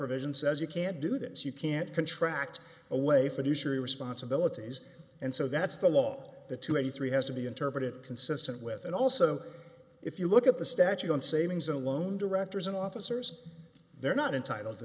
provision says you can't do this you can't contract away from usury responsibilities and so that's the law the two eighty three has to be interpreted consistent with and also if you look at the statute on savings alone directors and officers they're not entitled to